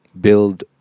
Build